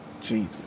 Jesus